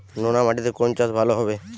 নোনা মাটিতে কোন চাষ ভালো হবে?